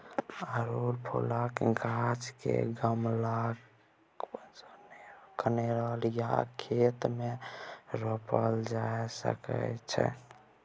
अड़हुल फुलक गाछ केँ गमला, कंटेनर या खेत मे रोपल जा सकै छै